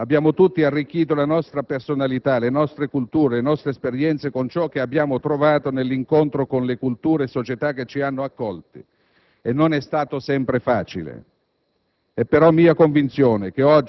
Siamo tutti italiani. Abbiamo tutti arricchito la nostra personalità, le nostre culture, le nostre esperienze con ciò che abbiamo trovato nell'incontro con le culture e società che ci hanno accolti. E non è stato sempre facile.